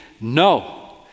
No